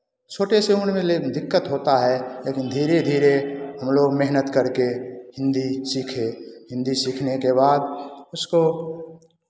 छोटे से उम्र में दिक्कत होता है लेकिन धीरे धीरे हम लोग मेहनत करके हिन्दी सीखे हिन्दी सीखने के बाद उसको